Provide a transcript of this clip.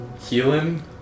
Healing